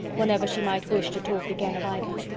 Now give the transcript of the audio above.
whenever she might wish to talk again of either.